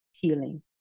healing